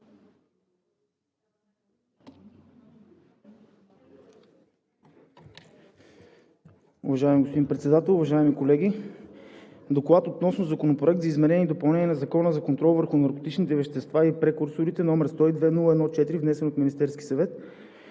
Уважаеми господин Председател, уважаеми колеги! „ДОКЛАД относно Законопроект за изменение и допълнение на Закона за контрол върху наркотичните вещества и прекурсорите, № 102-01-4, внесен от Министерския съвет